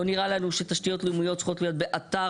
פה נראה לנו שתשתיות לאומיות צריכות להיות באתר.